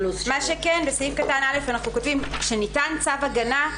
בסעיף (א) אנחנו כותבים: כשניתן צו הגנה,